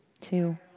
Two